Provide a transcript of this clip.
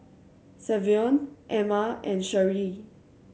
Savion Emma and Sharee